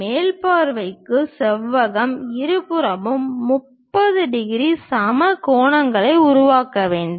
மேல் பார்வைக்கு செவ்வகம் இருபுறமும் 30 டிகிரி சம கோணங்களை உருவாக்க வேண்டும்